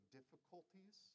difficulties